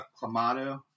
Clamato